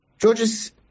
Georges